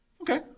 Okay